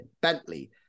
Bentley